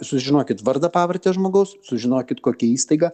sužinokit vardą pavardę žmogaus sužinokit kokia įstaiga